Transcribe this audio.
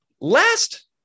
last